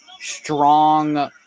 strong